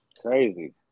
crazy